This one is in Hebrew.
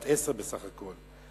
בת עשר בסך הכול.